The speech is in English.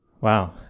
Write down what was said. wow